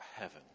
heaven